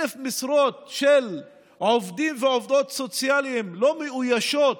1,000 משרות של עובדים ועובדות סוציאליים לא מאוישות